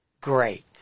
great